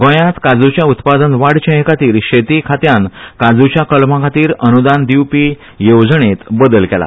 गोंयांत काज्चे उत्पादन वाडचे हे खातीर शेती खात्यान काजुंच्या कलमा खातीर अनुदान दिवपी येवजणेत बदल केला